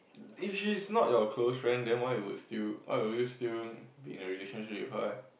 if she's not your close friend then why would still why would you still be in a relationship with her leh